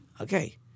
Okay